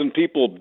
people